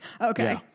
Okay